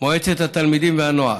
מועצת התלמידים והנוער.